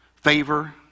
Favor